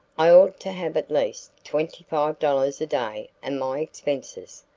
i ought to have at least twenty five dollars a day and my expenses,